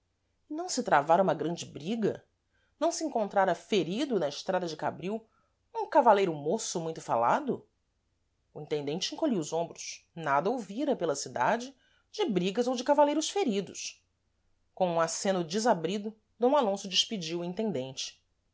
não se travara uma grande briga não se encontrara ferido na estrada de cabril um cavaleiro môço muito falado o intendente encolhia os ombros nada ouvira pela cidade de brigas ou de cavaleiros feridos com um acêno desabrido d alonso despediu o intendente